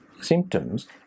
symptoms